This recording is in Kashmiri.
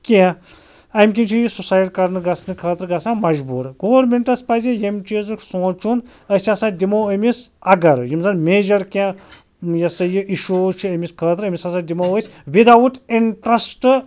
کیٚنٛہہ اَمہِ کِنۍ چھِ یہِ سُسایِڈ کرنہٕ گَژھنہٕ خٲطرٕ گَژھان مجبوٗر گورمٮ۪نٛٹَس پَزِ ییٚمہِ چیٖرُک سونٛچُن أسۍ ہَسا دِمو أمِس اگر یِم زَن میجَر کیٚنٛہہ یہِ ہَسا یہِ اِشوٗز چھِ أمِس خٲطرٕ أمِس ہَسا دِمو أسۍ وِدآوُٹ اِنٛٹرٛسٹ